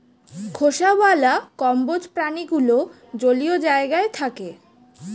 খোসাওয়ালা কম্বোজ প্রাণীগুলো জলীয় জায়গায় থাকে